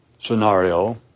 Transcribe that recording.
scenario